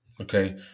okay